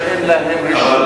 שאין להם רשיון,